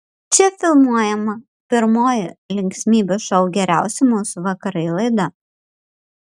čia filmuojama pirmoji linksmybių šou geriausi mūsų vakarai laida